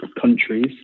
countries